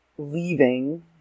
leaving